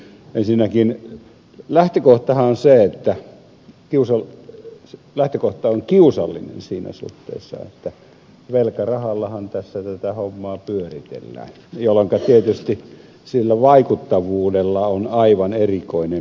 ensinnäkin lähtökohtahan on kiusallinen siinä suhteessa että velkarahallahan tässä tätä hommaa pyöritellään jolloinka tietysti sillä vaikuttavuudella on aivan erikoinen merkitys